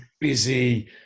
busy